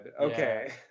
okay